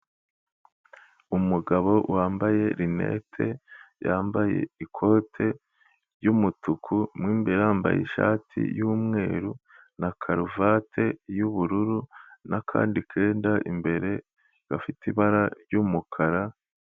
Umugabo wambaye rinete yambaye, ikote ry'umutuku mwimbere yambaye ishati y'umweru na karuvati y'ubururu na kandi kenda imbere gafite ibara ry'umukara.